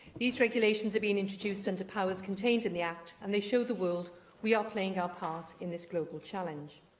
these regulations are being introduced and under powers contained in the act and they show the world we are playing our part in this global challenge.